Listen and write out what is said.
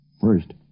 First